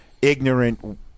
Ignorant